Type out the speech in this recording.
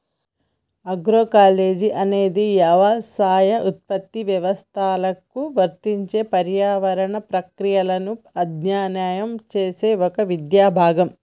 agroecology అనేది యవసాయ ఉత్పత్తి వ్యవస్థలకు వర్తించే పర్యావరణ ప్రక్రియలను అధ్యయనం చేసే ఒక విద్యా భాగం